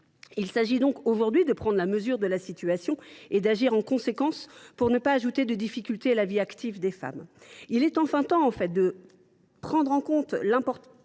Il convient donc aujourd’hui de prendre la mesure de la situation et d’agir en conséquence, pour ne pas ajouter de difficultés à la vie active des femmes. Il est enfin temps de prendre en compte l’importante